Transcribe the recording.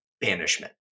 banishment